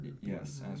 Yes